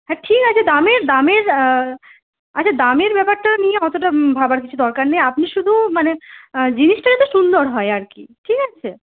হ্যাঁ ঠিক আছে দামের দামের আচ্ছা দামের ব্যাপারটা নিয়ে অতটা ভাবার কিছু দরকার নেই আপনি শুধু মানে জিনিসটা যাতে সুন্দর হয় আর কি ঠিক আছে